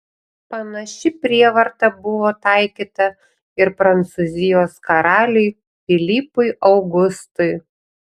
panaši prievarta buvo taikyta ir prancūzijos karaliui pilypui augustui